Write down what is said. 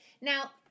now